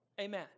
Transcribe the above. Amen